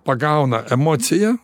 pagauna emocija